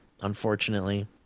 unfortunately